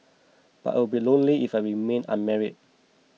but I would be lonely if I remained unmarried